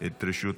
את רשות,